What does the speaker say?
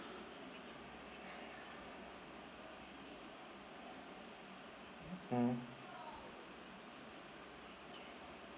mm